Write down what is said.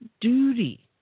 duty